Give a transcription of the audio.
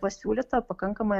pasiūlyta pakankamai